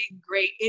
great